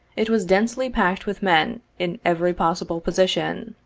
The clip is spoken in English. it was densely packed with men, in every possible position.